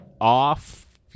Off